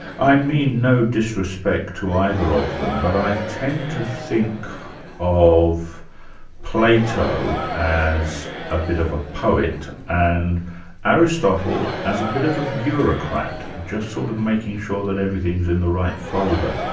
i mean no disrespect to either of them, but i tend to think of plato as a bit of a poet and aristotle as a bit of a bureaucrat, just sort of making sure that everything's in the right folder.